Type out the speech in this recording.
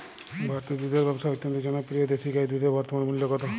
ভারতে দুধের ব্যাবসা অত্যন্ত জনপ্রিয় দেশি গাই দুধের বর্তমান মূল্য কত?